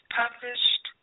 published